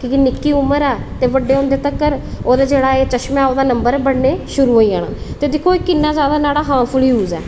की के निक्की उमर ऐ बड्डे होंदे तगर ओह्दा जेह्ड़ा नंबर ऐ एह् बधदा जाना ऐ ते दिक्खो नुहाड़ा किन्ना जादा हार्मफुल ऐ